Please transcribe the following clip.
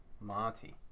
Monty